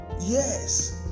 yes